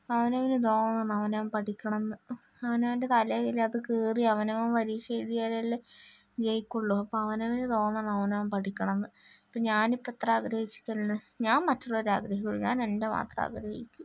അവനവന് തോന്നണം അവനവൻ പഠിക്കണമെന്ന് അവനവൻ്റെ തലയിലത് കയറി അവനവൻ പരീക്ഷ എഴുതിയലല്ലേ ജയിക്കുള്ളൂ അപ്പോൾ അവനവന് തോന്നണം അവനവൻ പടിക്കണംന്ന് ഇപ്പോൾ ഞാനിപ്പോൾ എത്ര ആഗ്രഹിച്ചിട്ടെന്നാ ഞാൻ മറ്റുള്ളവരെ ആഗ്രഹിക്കൂല ഞാൻ എൻറ്റെ മാത്രമേ ആഗ്രഹിക്കൂ